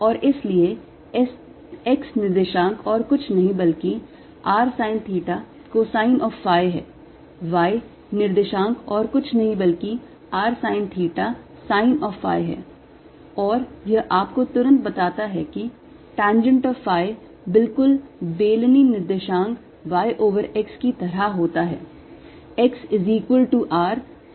और इसलिए x निर्देशांक और कुछ नहीं बल्कि r sine theta cosine of phi है y निर्देशांक और कुछ नहीं बल्कि r sine of theta sine of phi है और यह आपको तुरंत बताता है कि tangent of phi बिल्कुल बेलनी निर्देशांक y over x की तरह होता है